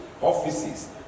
offices